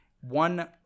one